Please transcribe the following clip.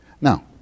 Now